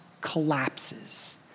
collapses